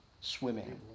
swimming